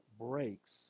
breaks